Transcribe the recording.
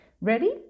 Ready